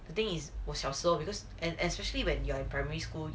think is 我小时候 because an especially when you're in primary school